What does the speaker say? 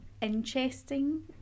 interesting